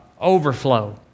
Overflow